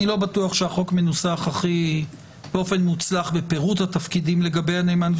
אני לא בטוח שהחוק מנוסח באופן מוצלח בפירוט התפקידים לגבי הנאמן.